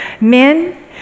Men